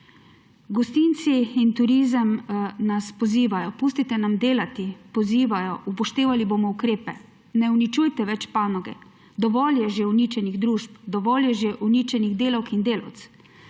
Gostinci in turizem nas pozivajo, pustite nam delati, pozivajo, upoštevali bomo ukrepe, ne uničujte več panoge, dovolj je že uničenih družb, dovolj je že uničenih delavk in delavcev.